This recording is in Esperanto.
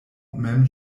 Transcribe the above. mem